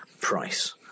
price